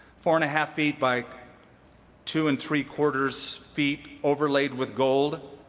four and a half feet by two and three-quarters feet overlaid with gold.